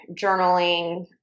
journaling